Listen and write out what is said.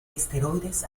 esteroides